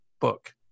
book